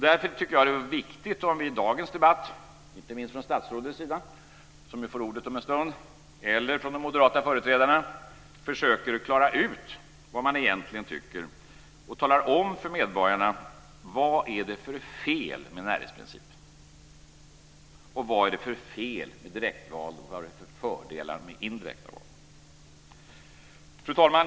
Därför tycker jag att det är viktigt om vi i dagens debatt, inte minst från statsrådets sida eller från de moderata företrädarna, försöker klara ut vad de egentligen tycker och talar om för medborgarna vad det är för fel med närhetsprincipen och vad det är för fel med direktval och vad det är för fördelar med indirekta val. Fru talman!